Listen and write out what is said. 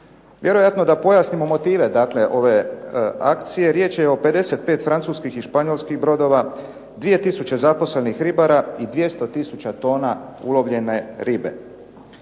Vjerojatno da pojasnimo motive dakle ove akcije. Riječ je o 55 francuskih i španjolskih brodova, 2000 zaposlenih ribara i 200000 tona ulovljene ribe.